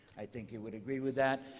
i think you would agree with that.